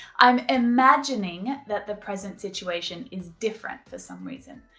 i'm imagining that the present situation is different for some reason.